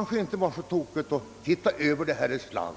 fråga borde ses över.